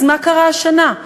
אז מה קרה השנה?